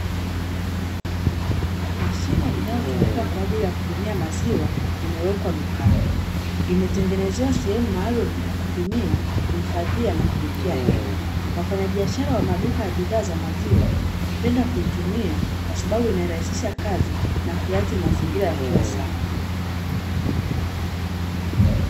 Mashine inayotumika kwa ajili ya kupimia maziwa imewekwa dukani, imetengenezewa sehemu maalum ya kupimia, kuhifadhia na kuwekea hela. Wafanyabiashara wa maduka ya bidhaa za maziwa hupenda kuitumia kwa sababu inarahisisha kazi na kuyaacha mazingira yakiwa safi.